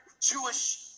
Jewish